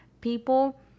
people